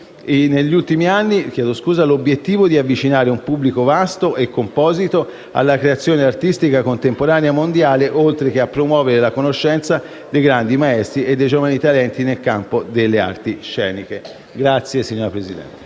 negli ultimi anni l'obiettivo di avvicinare un pubblico vasto e composito alla creazione artistica contemporanea mondiale, oltre che a promuovere la conoscenza dei grandi maestri e dei giovani talenti nel campo delle arti sceniche. *(Applausi della